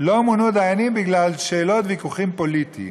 לא מונו דיינים בגלל שאלות וויכוחים פוליטיים.